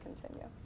continue